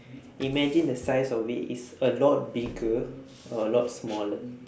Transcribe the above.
imagine the size of it is a lot bigger or a lot smaller